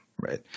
Right